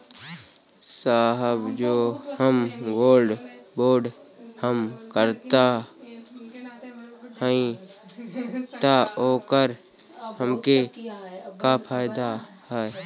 साहब जो हम गोल्ड बोंड हम करत हई त ओकर हमके का फायदा ह?